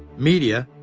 media,